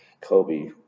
Kobe